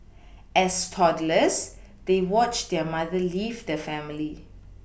as toddlers they watched their mother leave the family